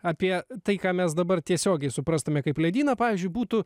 apie tai ką mes dabar tiesiogiai suprastumėme kaip ledyno pavyzdžiui būtų